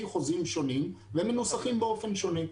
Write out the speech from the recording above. חוזים שונים והם מנוסחים באופן שונה.